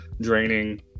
draining